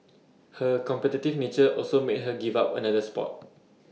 her competitive nature also made her give up another Sport